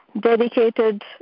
Dedicated